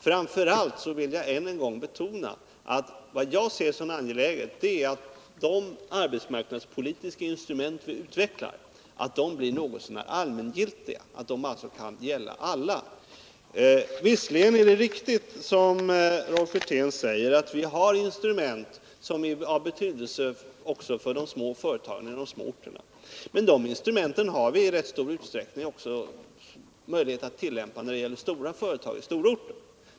Framför allt vill jag än en gång betona att jag ser det som angeläget att de Om anställningsarbetsmarknadspolitiska instrument som vi utvecklar blir något så när — garantin för anallmängiltiga, dvs. att de kan gälla för alla grupper. Visserligen är det riktigt — ställda vid Svenska som Rolf Wirtén säger, att vi har instrument som är av betydelse också förde — Varv AB små företagen på de små orterna, men de instrumenten har vi också i rätt stor utsträckning möjlighet att använda oss av när det gäller de stora företagen på de stora orterna.